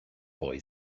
boy